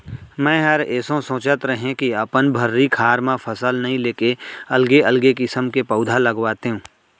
मैंहर एसो सोंचत रहें के अपन भर्री खार म फसल नइ लेके अलगे अलगे किसम के पउधा लगातेंव